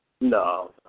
No